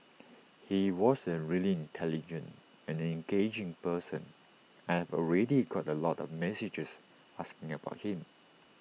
he was an really intelligent and engaging person I have already got A lot of messages asking about him